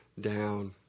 down